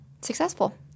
successful